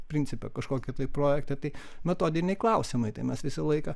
principą kažkokį tai projektą tai metodiniai klausimai tai mes visą laiką